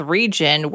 region